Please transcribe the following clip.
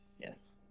Yes